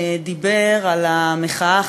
דיבר על המחאה החברתית,